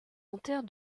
enterre